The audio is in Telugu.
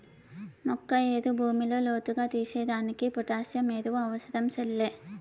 మొక్క ఏరు భూమిలో లోతుగా తీసేదానికి పొటాసియం ఎరువు అవసరం సెల్లే